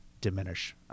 diminish